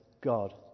God